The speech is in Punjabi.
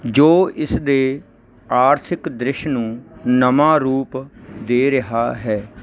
ਜੋ ਇਸ ਦੇ ਆਰਥਿਕ ਦ੍ਰਿਸ਼ ਨੂੰ ਨਵਾਂ ਰੂਪ ਦੇ ਰਿਹਾ ਹੈ